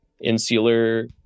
insular